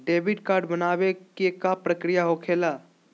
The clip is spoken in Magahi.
डेबिट कार्ड बनवाने के का प्रक्रिया होखेला?